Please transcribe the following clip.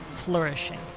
flourishing